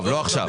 לא עכשיו.